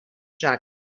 jug